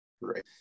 Right